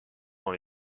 dans